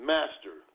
Master